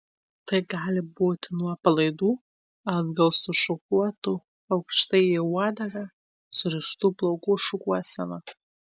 tai gali būti nuo palaidų atgal sušukuotų aukštai į uodegą surištų plaukų šukuosena